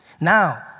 Now